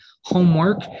homework